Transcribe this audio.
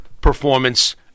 Performance